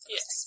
Yes